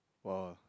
!wow!